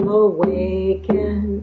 awaken